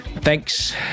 thanks